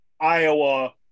Iowa